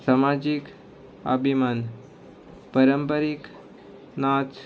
समाजीक अभिमान परंपारीक नाच